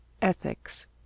ethics